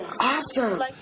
Awesome